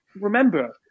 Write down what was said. remember